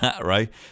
Right